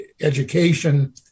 education